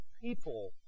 people